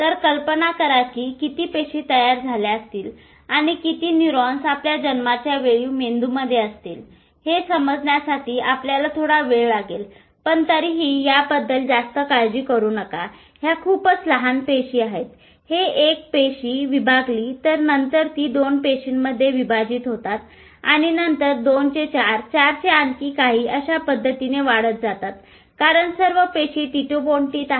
तर कल्पना करा की किती पेशी तयार झाल्या असतील आणि किती न्यूरॉन्स आपल्या जन्माच्या वेळी मेंदूमध्ये असतील हे समजण्यासाठी आपल्याला थोडा वेळ लागेल पण तरीही याबद्दल जास्त काळजी करू नकाह्या खूपच लहान पेशी आहेत एक पेशी विभागली तर नंतर ती 2 पेशीमध्ये विभाजित होतात आणि नंतर २ चे ४ ४ चे आणखी कांही अशा पद्धतीने ते वाढत जातात कारण सर्व पेशी टोटिपोटेंट आहेत